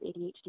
ADHD